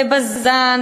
ב"בזן",